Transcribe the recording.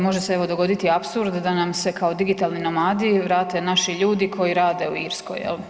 Može se evo, dogoditi apsurd da nam se kao digitalni nomadi vrate naši ljudi koji rade u Irskoj, je li?